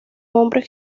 hombres